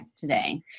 today